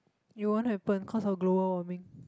it won't happen cause of global warming